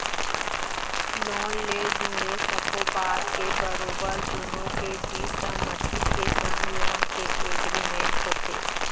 loan ले जुड़े सब्बो बात के बरोबर दुनो के बीच सहमति के संग लोन के एग्रीमेंट होथे